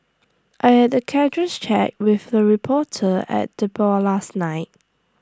I had A casual chat with A reporter at the bar last night